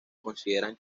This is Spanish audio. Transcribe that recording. consideran